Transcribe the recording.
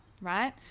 right